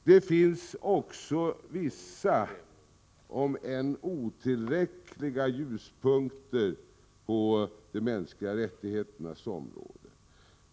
Det finns också vissa, om än otillräckliga, ljuspunkter på de mänskliga rättigheternas område.